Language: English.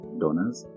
donors